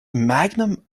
magnum